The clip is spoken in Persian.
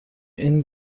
این